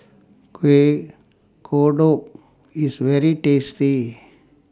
Kuih Kodok IS very tasty